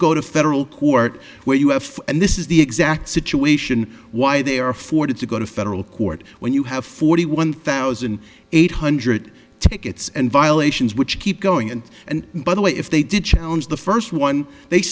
go to federal court where you have and this is the exact situation why they are afforded to go to federal court when you have forty one thousand eight hundred tickets and violations which keep going and and by the way if they did challenge the first one they